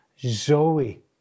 Zoe